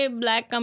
black